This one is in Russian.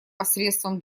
посредством